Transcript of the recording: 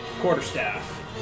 Quarterstaff